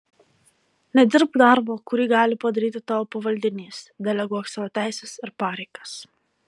nedirbk darbo kurį gali padaryti tavo pavaldinys deleguok savo teises ir pareigas